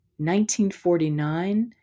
1949